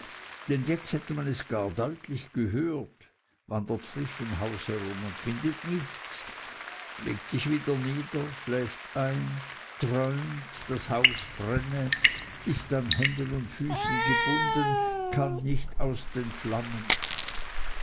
denn jetzt hat man es gar zu deutlich gehört wandert frisch im haus herum und findet nichts legt sich wieder nieder schläft ein träumt das haus brenne ist an händen und füßen gebunden kann nicht aus den flammen